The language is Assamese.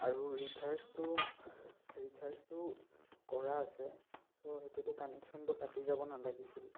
আৰু ৰিচাৰ্জটো ৰিচাৰ্জটোও কৰা আছে ছ' সেইটোতো কানেকশ্যনটো কাটি যাব নালাগিছিল